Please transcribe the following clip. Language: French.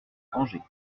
angers